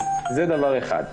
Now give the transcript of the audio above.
זה דבר אחד.